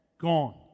gone